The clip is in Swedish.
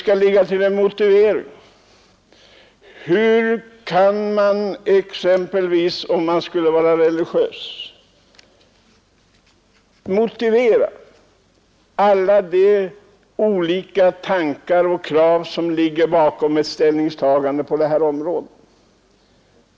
Resultatet av denna undersökning skall sedan ligga till grund för bedömningen av fallet. Men hur skall en ung religiös människa kunna motivera och redogöra för alla de tankar och funderingar som ligger bakom hans religiösa övertygelse?